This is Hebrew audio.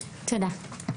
תודה,